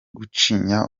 gucinya